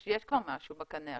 יש כבר משהו בקנה.